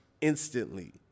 instantly